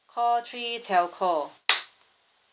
call three telco